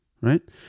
Right